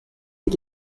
die